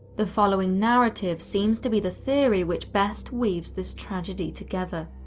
the following narrative seems to be the theory which best weaves this tragedy together.